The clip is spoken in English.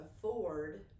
afford